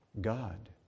God